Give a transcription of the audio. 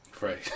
Right